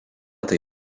tai